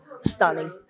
stunning